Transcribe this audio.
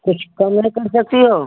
कुछ कम नहीं कर सकती हो